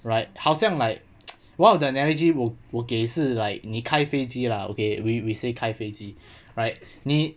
right 好像 like one of the analogy 我我给是 like 你开飞机 lah okay we we say 开飞机 right 你